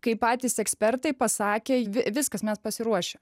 kai patys ekspertai pasakė viskas mes pasiruošę